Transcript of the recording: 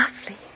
Lovely